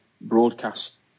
broadcast